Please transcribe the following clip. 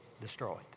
Destroyed